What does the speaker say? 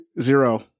zero